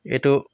এইটো